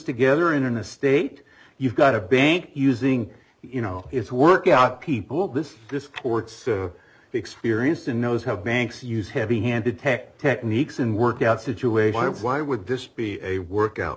together in an estate you've got a bank using you know it's work out people this this court's experienced and knows how banks use heavy handed tech techniques and work out situations why would this be a work out